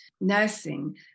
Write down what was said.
nursing